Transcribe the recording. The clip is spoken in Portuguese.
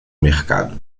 mercado